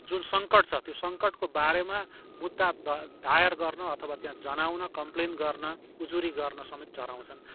जुन सङ्कट छ त्यो सङ्कट को बारेमा मुद्दा द दायर गर्न अथवा त्यहाँ जनाउन कम्प्लेन गर्न उजुरी गर्न समेत डराउँछन्